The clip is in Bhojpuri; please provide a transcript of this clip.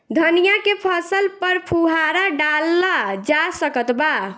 धनिया के फसल पर फुहारा डाला जा सकत बा?